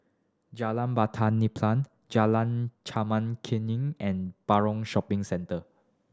Jalan Batu Nilam Jalan Chempaka Kuning and Paragon Shopping Centre